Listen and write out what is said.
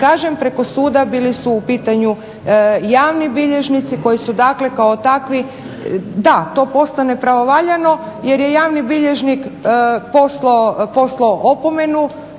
preko suda, bili su u pitanju javni bilježnici koji su dakle kao takvi. Da to postane pravovaljano jer je javni bilježnik poslao opomenu